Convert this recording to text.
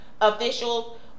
Officials